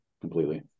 completely